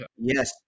Yes